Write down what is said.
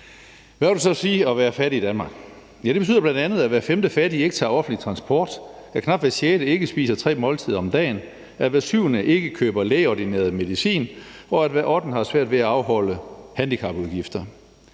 Hvad vil det så sige at være fattig i Danmark? Det betyder bl.a., at hver femte fattig ikke tager offentlig transport, at knap hver sjette ikke spiser tre måltider om dagen, at hver syvende ikke køber lægeordineret medicin, og at hver ottende har svært ved at afholde handicapudgifter.